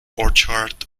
orchard